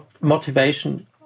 motivation